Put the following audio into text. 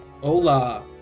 Hola